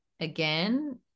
Again